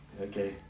Okay